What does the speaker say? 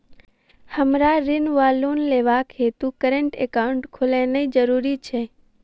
हमरा ऋण वा लोन लेबाक हेतु करेन्ट एकाउंट खोलेनैय जरूरी छै?